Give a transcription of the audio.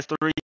three